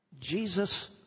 Jesus